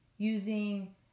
Using